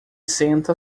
senta